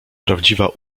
prawdziwa